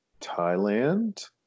Thailand